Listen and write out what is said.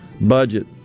budget